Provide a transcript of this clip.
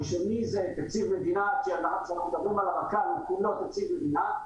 הראשוני זה תקציב מדינה --- כולו תקציב מדינה,